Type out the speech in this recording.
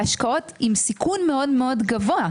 בהשקעות עם סיכון מאוד גבוה.